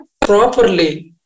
properly